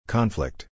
Conflict